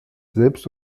selbst